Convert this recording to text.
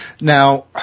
now